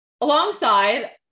alongside